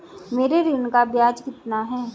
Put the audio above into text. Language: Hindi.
मेरे ऋण का ब्याज कितना है?